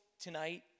tonight